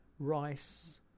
rice